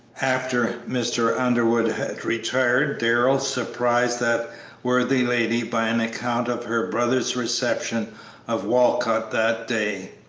after mr. underwood had retired darrell surprised that worthy lady by an account of her brother's reception of walcott that day,